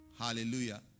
Hallelujah